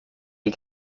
die